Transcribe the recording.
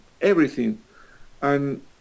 everything—and